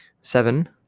Seven